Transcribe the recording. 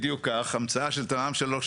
בדיוק כך, המצאה של תמ"מ/21/3.